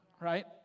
right